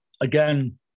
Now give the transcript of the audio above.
Again